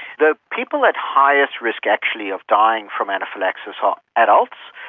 the people at highest risk actually of dying from anaphylaxis are adults,